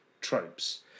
tropes